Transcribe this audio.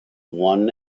one